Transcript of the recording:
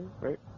right